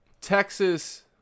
Texas